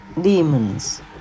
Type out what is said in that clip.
demons